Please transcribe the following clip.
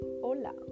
Hola